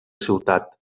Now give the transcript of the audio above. ciutat